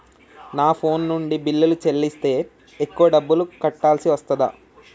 నా ఫోన్ నుండి బిల్లులు చెల్లిస్తే ఎక్కువ డబ్బులు కట్టాల్సి వస్తదా?